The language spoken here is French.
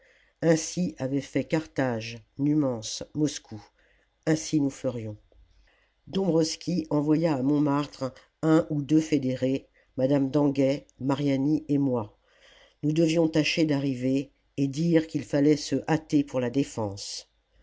ainsi avaient fait carthage numance moscou ainsi nous ferions dombwroski envoya à montmartre un ou deux fédérés madame danguet mariani et moi nous devions tâcher d'arriver et dire qu'il fallait se hâter pour la défense